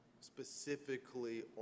specifically